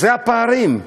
אלה הפערים.